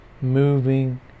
moving